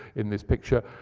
in this picture,